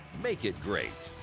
make it great!